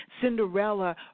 Cinderella